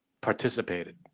participated